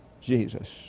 Jesus